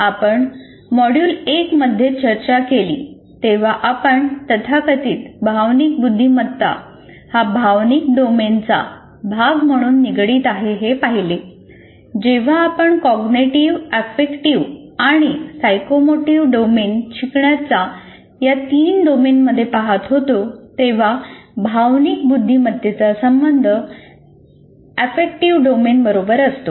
आपण मॉड्यूल १ मध्ये चर्चा केली तेव्हा आपण तथाकथित भावनिक बुद्धिमत्ता हा भावनिक डोमेनचा शिकण्याच्या तीन या डोमेनकडे पाहत होतो तेव्हा भावनिक बुद्धिमत्तेचा संबंध आफेक्टिव डोमेन बरोबर असतो